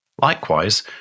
Likewise